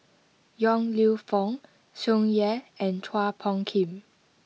Yong Lew Foong Tsung Yeh and Chua Phung Kim